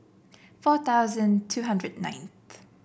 four thousand two hundred ninth